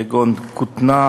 כגון כותנה,